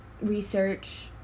research